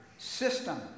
system